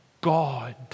God